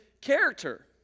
character